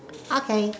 okay